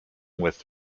with